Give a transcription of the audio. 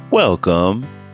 Welcome